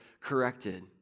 corrected